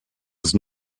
ist